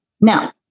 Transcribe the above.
Now